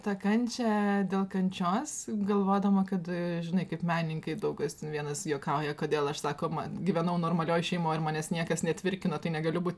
tą kančią dėl kančios galvodama kad žinai kaip menininkai daug kas ten vienas juokauja kodėl aš sako ma gyvenau normalioj šeimoj ir manęs niekas netvirkino tai negaliu būt